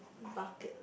bucket